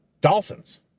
dolphins